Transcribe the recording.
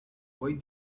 why